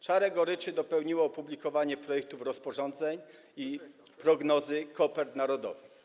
Czarę goryczy dopełniło opublikowanie projektów rozporządzeń i prognozy kopert narodowych.